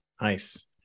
Nice